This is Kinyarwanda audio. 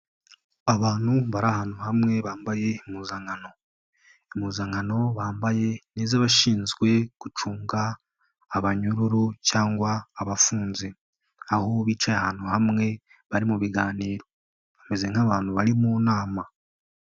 Abantu bari ahantu hamwe bambaye impuzankano, impuzankano bambaye n'iz'abashinzwe gucunga abanyururu cyangwa abafunze, aho bicaye ahantu hamwe bari mu biganiro, bameze nk'abantu bari mu nama.